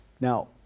Now